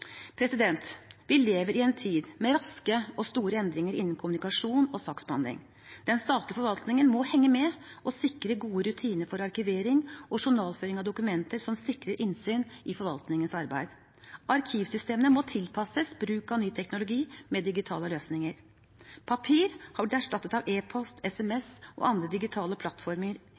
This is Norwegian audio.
Vi lever i en tid med raske og store endringer innen kommunikasjon og saksbehandling. Den statlige forvaltningen må henge med og sikre gode rutiner for arkivering og journalføring av dokumenter som sikrer innsyn i forvaltningens arbeid. Arkivsystemene må tilpasses bruk av ny teknologi med digitale løsninger. Papir har blitt erstattet av e-post, SMS og andre digitale plattformer